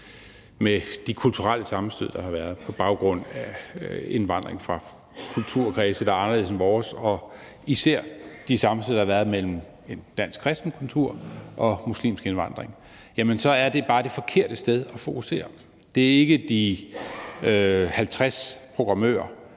med de kulturelle sammenstød, der har været på baggrund af indvandring fra kulturkredse, der er anderledes end vores, og især de sammenstød, der har været mellem en dansk kristen kultur og muslimsk indvandring, jamen så er det bare det forkerte sted at fokusere. Det er ikke de 50 programmører